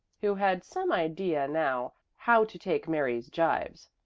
who had some idea now how to take mary's jibes.